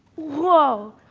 whoa,